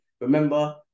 remember